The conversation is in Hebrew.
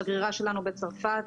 השגרירה שלנו בצרפת,